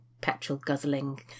petrol-guzzling